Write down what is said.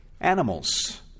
animals